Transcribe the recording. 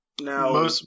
Now